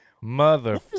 mother